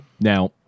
Now